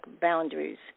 boundaries